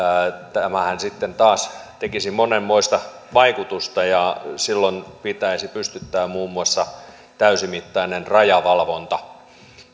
tämähän sitten taas tekisi monenmoista vaikutusta ja silloin pitäisi pystyttää muun muassa täysimittainen rajavalvonta